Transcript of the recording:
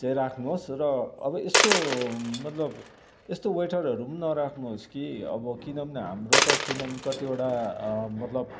चाहिँ राख्नुहोस् र अब यस्तो मतलब यस्तो वेटरहरू नराख्नुहोस् कि अब किनभने हाम्रो त किन कतिवटा मतलब